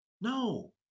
No